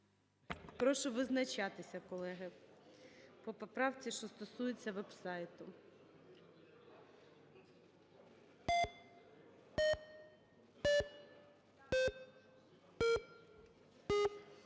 Прошу визначатися, колеги, по поправці, що стосується веб-сайту.